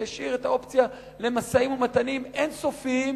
שהשאיר את האופציה למשאים-ומתנים אין-סופיים,